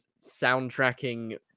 soundtracking